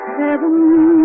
heaven